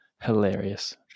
Hilarious